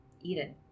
eden